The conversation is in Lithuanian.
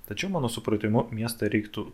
tačiau mano supratimu miestą reiktų